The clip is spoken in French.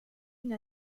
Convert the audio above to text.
une